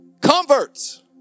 converts